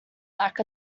lack